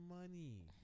money